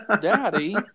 daddy